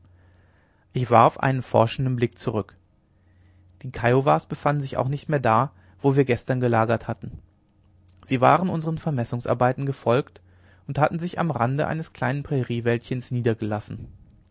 ich warf einen forschenden blick zurück die kiowas befanden sich auch nicht mehr da wo wir gestern gelagert hatten sie waren unsern vermessungsarbeiten gefolgt und hatten sich am rande eines kleinen prairiewäldchens niedergelassen